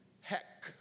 heck